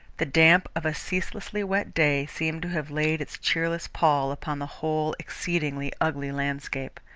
the damp of a ceaselessly wet day seemed to have laid its cheerless pall upon the whole exceedingly ugly landscape.